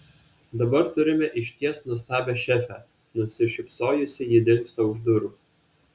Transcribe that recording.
dabar turime išties nuostabią šefę nusišypsojusi ji dingsta už durų